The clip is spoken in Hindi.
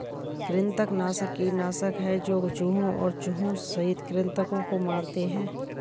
कृंतकनाशक कीटनाशक है जो चूहों और चूहों सहित कृन्तकों को मारते है